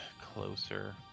closer